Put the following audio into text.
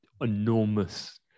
enormous